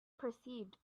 perceived